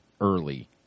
early